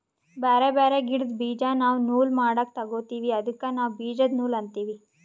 ಬ್ಯಾರೆ ಬ್ಯಾರೆ ಗಿಡ್ದ್ ಬೀಜಾ ನಾವ್ ನೂಲ್ ಮಾಡಕ್ ತೊಗೋತೀವಿ ಅದಕ್ಕ ನಾವ್ ಬೀಜದ ನೂಲ್ ಅಂತೀವಿ